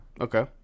okay